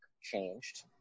changed